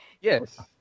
yes